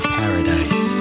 paradise